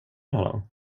honom